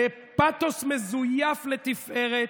בפתוס מזויף לתפארת,